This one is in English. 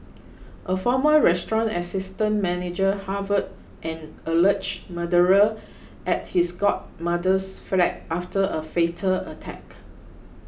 a former restaurant assistant manager harboured an alleged murderer at his godmother's flat after a fatal attack